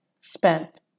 spent